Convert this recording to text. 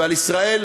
ועל ישראל